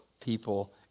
people